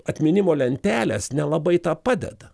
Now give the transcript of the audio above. atminimo lentelės nelabai tą padeda